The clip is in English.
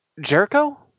Jericho